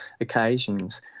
occasions